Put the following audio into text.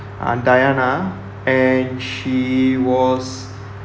uh diana and she was